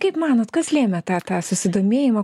kaip manot kas lėmė tą tą susidomėjimą